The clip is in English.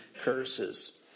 curses